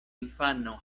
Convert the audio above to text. infano